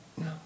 No